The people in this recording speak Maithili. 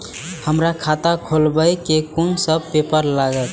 हमरा खाता खोलाबई में कुन सब पेपर लागत?